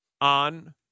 on